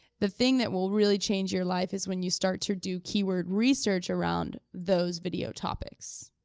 the thing that will really change your life is when you start to do keyword research around those video topics.